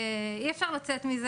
אי אפשר לצאת מזה.